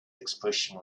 expression